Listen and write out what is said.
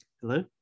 Hello